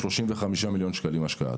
35 מיליון שקלים השקעה.